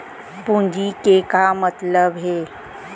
पूंजी के का मतलब हे?